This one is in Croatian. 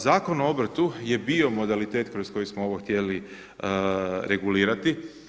Zakon o obrtu je bio modalitet kroz koji smo ovo htjeli regulirati.